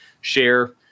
share